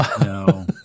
No